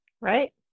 Right